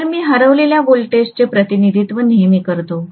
तर मी हरवलेल्या व्होल्टेजचे प्रतिनिधित्व नेहमी करतो